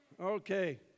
Okay